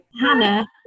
hannah